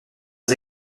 les